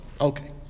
okay